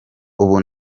ubu